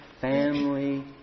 family